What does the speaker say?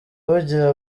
bugira